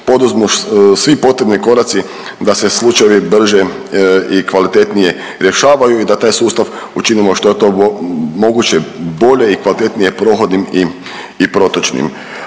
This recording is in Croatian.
poduzmu svi potrebni koraci da se slučajevi brže i kvalitetnije rješavaju i da taj sustav učinimo što je to moguće bolje prohodnim i protočnim.